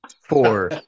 four